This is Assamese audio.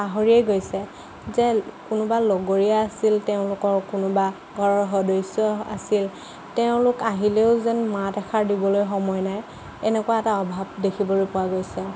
পাহৰিয়েই গৈছে যে কোনোবা লগৰীয়া আছিল তেওঁলোকৰ কোনোবা ঘৰৰ সদস্য আছিল তেওঁলোক আহিলেও যেন মাত এষাৰ দিবলৈ সময় নাই এনেকুৱা এটা অভাৱ দেখিবলৈ পোৱা গৈছে